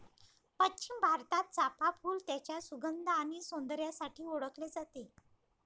पश्चिम भारतात, चाफ़ा फूल त्याच्या सुगंध आणि सौंदर्यासाठी ओळखले जाते